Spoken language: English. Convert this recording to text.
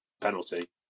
penalty